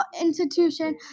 institution